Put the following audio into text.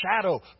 shadow